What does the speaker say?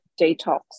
detox